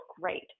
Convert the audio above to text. great